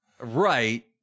Right